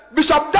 Bishop